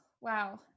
wow